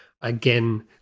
again